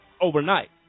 overnight